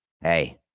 Hey